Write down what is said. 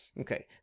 Okay